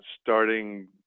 starting